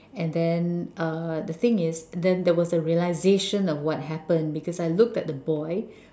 and then uh the thing is then there was the realization of what happened because I looked at the boy